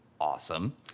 Awesome